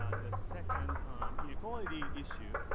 um the second on inequality issue,